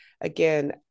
Again